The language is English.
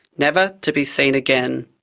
never to be seen again.